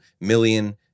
million